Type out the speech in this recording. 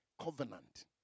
Covenant